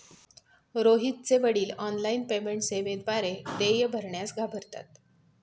रोहितचे वडील online payment सेवेद्वारे देय भरण्यास घाबरतात